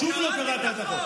שוב לא קראת את החוק.